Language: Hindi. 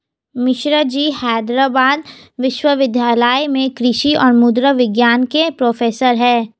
मिश्राजी हैदराबाद विश्वविद्यालय में कृषि और मृदा विज्ञान के प्रोफेसर हैं